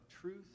truth